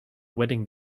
wedding